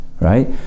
right